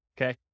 okay